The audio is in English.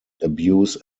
abuse